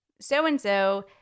so-and-so